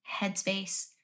headspace